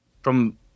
from-